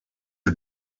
are